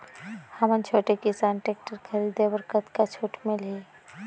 हमन छोटे किसान टेक्टर खरीदे बर कतका छूट मिलही?